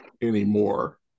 anymore